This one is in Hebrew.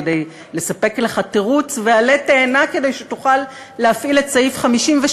כדי לספק לך תירוץ ועלה תאנה כדי שתוכל להפעיל את סעיף 52,